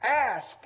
Ask